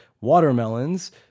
watermelons